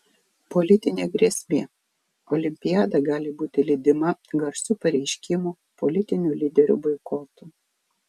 politinė grėsmė olimpiada gali būti lydima garsių pareiškimų politinių lyderių boikotų